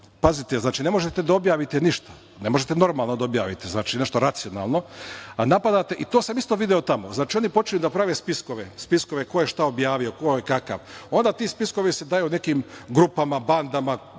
Pazite, ne možete da objavite ništa, ne možete normalno da objavite, nešto racionalno, a to sam isto video tamo. Znači, oni počeli da da prave spiskove, spiskove ko je šta objavio, ko je kakav, onda se ti spiskovi daju nekim grupama, bandama,